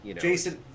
Jason